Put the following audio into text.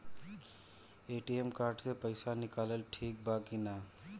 ATM card से पईसा निकालल ठीक बा की ना?